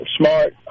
smart